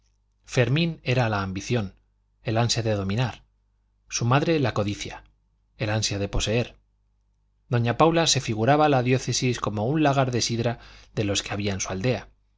fermín era la ambición el ansia de dominar su madre la codicia el ansia de poseer doña paula se figuraba la diócesis como un lagar de sidra de los que había en su aldea